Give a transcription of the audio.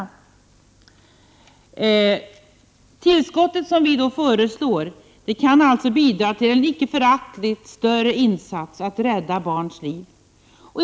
Det tillskott som centern föreslår kan alltså bidra till en icke föraktlig, större insats för att rädda barns liv.